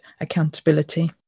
accountability